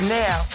now